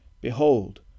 Behold